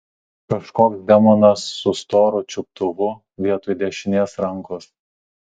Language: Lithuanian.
kažkoks demonas su storu čiuptuvu vietoj dešinės rankos